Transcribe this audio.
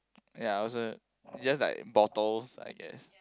ya I also just like bottles I guess